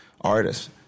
artists